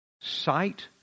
sight